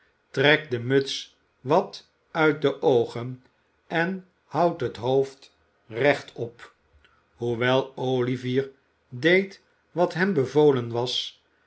trek de muts wat uit de oogen en houd het hoofd rechtop hoewel olivier deed wat hem bevolen was